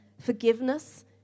forgiveness